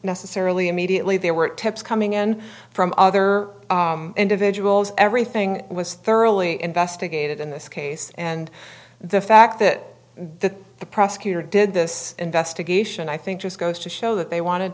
necessarily immediately there were tips coming in from other individuals everything was thoroughly investigated in this case and the fact that the the prosecutor did this investigation i think just goes to show that they wanted